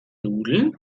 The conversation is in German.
nudeln